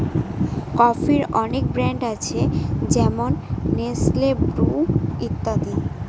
কফির অনেক ব্র্যান্ড আছে যেমন নেসলে, ব্রু ইত্যাদি